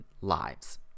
lives